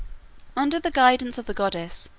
under the guidance of the goddess,